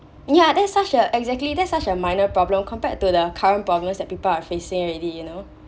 yeah there's such a exactly that's such a minor problem compared to the current problems that people are facing already you know